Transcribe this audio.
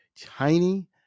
tiny